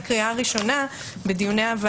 קריאה ראשונה לגבי הרחבה לעבירות מין נוספות.